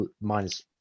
Minus